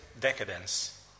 decadence